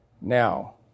Now